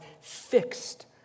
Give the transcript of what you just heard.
fixed